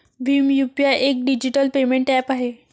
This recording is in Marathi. भीम यू.पी.आय एक डिजिटल पेमेंट ऍप आहे